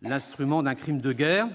l'instrument d'un crime de guerre.